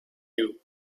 you